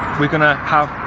we're gonna have.